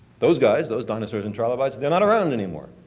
those guys, those dinosaurs and trilobites, they are not around anymore.